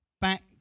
Back